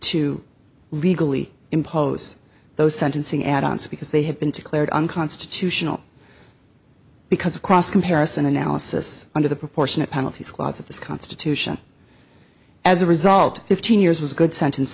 to legally impose those sentencing add ons because they have been declared unconstitutional because of cross comparison analysis under the proportionate penalty clause of this constitution as a result fifteen years was a good sentence